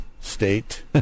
state